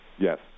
Yes